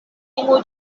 timu